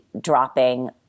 dropping